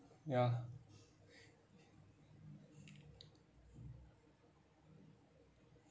ya